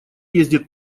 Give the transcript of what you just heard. ездит